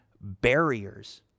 barriers